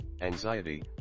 Anxiety